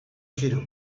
giro